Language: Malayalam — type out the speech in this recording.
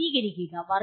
വർഗ്ഗീകരിക്കുക